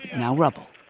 now rubble.